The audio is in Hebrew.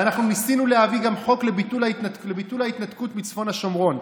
ואנחנו ניסינו להביא גם חוק לביטול ההתנתקות מצפון השומרון,